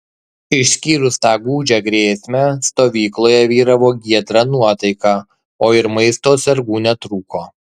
išskyrus tą gūdžią grėsmę stovykloje vyravo giedra nuotaika o ir maisto atsargų netrūko